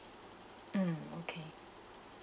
mm okay